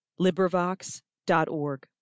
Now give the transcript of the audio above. LibriVox.org